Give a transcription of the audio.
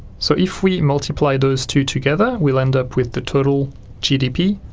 so if we multiply those two together, we'll end up with the total gdp,